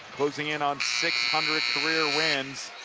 closing in on six hundred career wins.